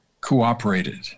cooperated